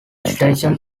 station